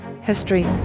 history